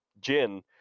Jin